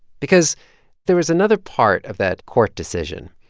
because there was another part of that court decision.